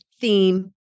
theme